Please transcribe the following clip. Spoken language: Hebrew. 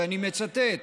ואני מצטט: